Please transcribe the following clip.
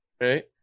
Right